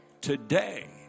today